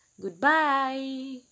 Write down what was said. Goodbye